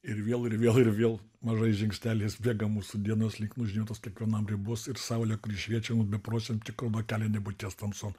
ir vėl ir vėl ir vėl mažais žingsneliais bėga mūsų dienos link nužymėtos kiekvienam ribos ir saulė kuri šviečia mum bepročiam tik rodo kelią nebūties tamson